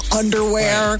underwear